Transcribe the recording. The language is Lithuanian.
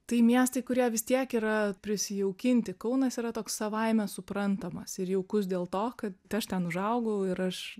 tai miestai kurie vis tiek yra prisijaukinti kaunas yra toks savaime suprantamas ir jaukus dėl to kad aš ten užaugau ir aš